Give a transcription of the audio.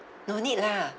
no need lah